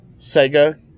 Sega